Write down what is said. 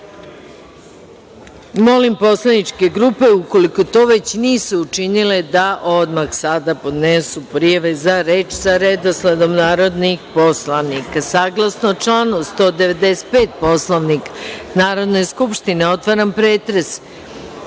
redu. Molim poslaničke grupe, ukoliko to već nisu učinile, da odmah sada podnesu prijave za reč sa redosledom narodnih poslanika. Saglasno članu 195. Poslovnika Narodne skupštine, otvaram pretres